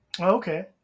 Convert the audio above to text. Okay